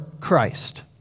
Christ